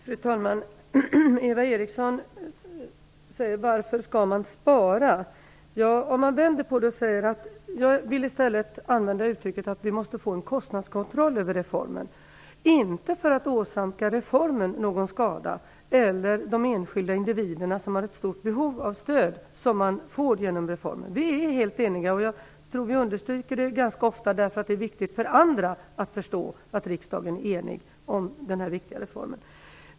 Fru talman! Eva Eriksson frågar: Varför skall man spara? Jag vill i stället för att tala om att spara säga att vi måste få en kostnadskontroll över reformen. Syftet är inte att åsamka reformen någon skada eller att skada de enskilda individer som har ett stort behov av stöd, vilket kan tillgodoses genom reformen. Vi är helt eniga om den här viktiga reformen, och vi understryker det också ganska ofta därför att det är viktigt för andra att förstå att riksdagen är enig på den här punkten.